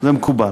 זה מקובל.